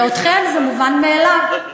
ואתכם, זה מובן מאליו.